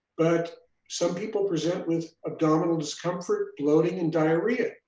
but some people present with abdominal discomfort, bloating and diarrhea,